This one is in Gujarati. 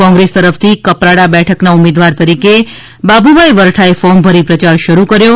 કોંગ્રેસ્સ તરફ થી કપરાડા બેઠકના ઉમેદવાર તરીકે બાબુભાઇ વરઠા એ ફોર્મ ભરી પ્રચાર શરૂ કર્યો હતો